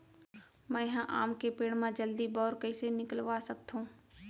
मैं ह आम के पेड़ मा जलदी बौर कइसे निकलवा सकथो?